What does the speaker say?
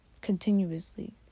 Continuously